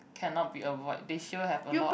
cannot be avoid they sure have a lot